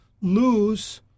lose